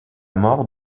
mort